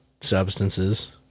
substances